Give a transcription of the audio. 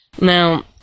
Now